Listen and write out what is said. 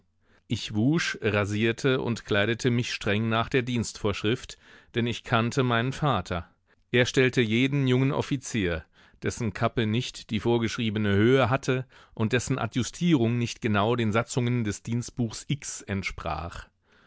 ich wusch rasierte und kleidete mich streng nach der dienstvorschrift denn ich kannte meinen vater er stellte jeden jungen offizier dessen kappe nicht die vorgeschriebene höhe hatte und dessen adjustierung nicht genau den satzungen des dienstbuchs x entsprach